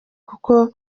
kuko